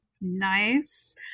Nice